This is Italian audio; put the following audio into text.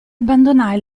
abbandonare